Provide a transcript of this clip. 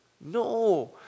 no